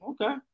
okay